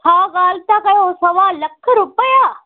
छा ॻाल्हि था कयो सवा लख रुपया